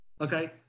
Okay